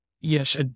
yes